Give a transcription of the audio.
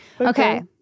Okay